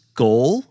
goal